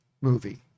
movie